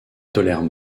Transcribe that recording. tolèrent